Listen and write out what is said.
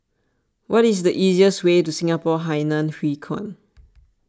what is the easiest way to Singapore Hainan Hwee Kuan